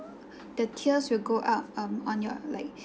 the tier will go up um on your like